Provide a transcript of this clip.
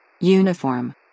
Uniform